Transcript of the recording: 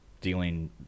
dealing